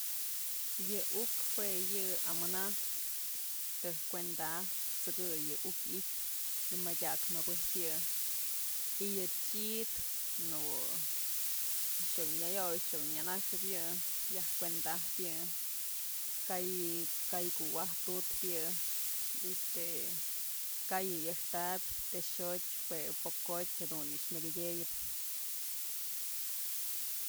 Yë uk juë yë amanajpë tëjk kuenda'ajpë t'sëkë yë uk i'ityë y madyak mëbëjpë yë y yé chid në ko'o nëwë nëyo'oy nëwë nënaxëp yë, yaj kuenda ajpë yë kay kay kuwa'ajtutpë este ka'ay yë yaxtapyë texotyë jue pokotyë jadun yë myëkëdyëyëp.